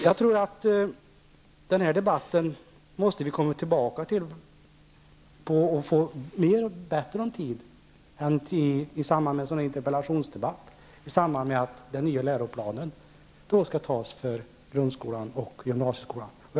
Jag tror att vi måste återkomma till frågan och debattera den bättre än i en interpellationsdebatt, dvs. i samband med att den nya läroplanen för grunskolan och gymnasieskolan skall antas.